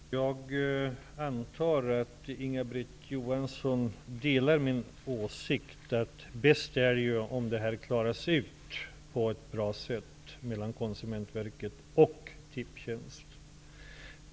Fru talman! Jag antar att Inga-Britt Johansson delar åsikten att det är bäst om frågan klaras ut på ett bra sätt mellan Konsumentverket och Tipstjänst.